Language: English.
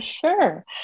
sure